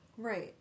Right